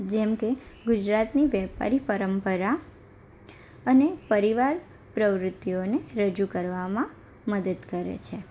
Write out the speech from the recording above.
જેમકે ગુજરાતની વેપારી પરંપરા અને પરિવાર પ્રવૃત્તિઓને રજૂ કરવામાં મદદ કરે છે